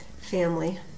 family